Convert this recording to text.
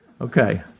Okay